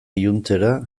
iluntzera